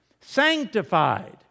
sanctified